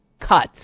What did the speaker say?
cuts